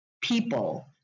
people